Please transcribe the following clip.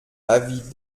avis